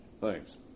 Thanks